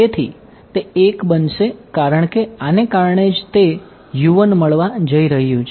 તેથી તે 1 બનશે કારણ કે આને કારણે જ તે મળવા જઇ રહ્યું છે